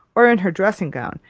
or in her dressing gown,